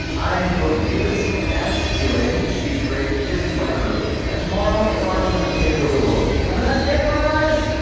i am william davis, and that's jillian, she's great. this is my crew and tomorrow it's our turn to take over the world. have a nice day boys!